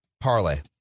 Parlay